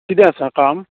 कितें आसा काम